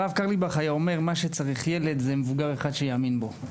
הרב קרליבך היה אומר "..מה שצריך ילד זה מבוגר אחד שיאמין בו.."